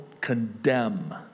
condemn